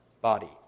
body